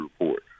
report